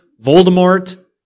Voldemort